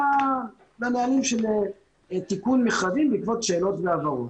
לנהלים של תיקון מכרזים בעקבות שאלות והבהרות.